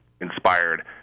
inspired